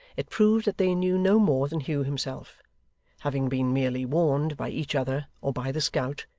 it proved that they knew no more than hugh himself having been merely warned by each other, or by the scout,